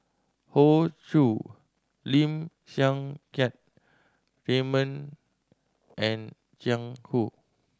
Hoey Choo Lim Siang Keat Raymond and Jiang Hu